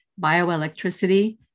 Bioelectricity